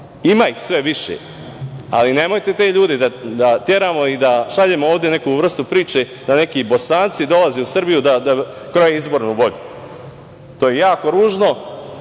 Ima ih sve više, ali nemojte te ljude da teramo i da šaljemo ovde neku vrstu priče da neki Bosanci dolaze u Srbiju da kroje izbornu volju. To je jako ružno,